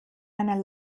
einer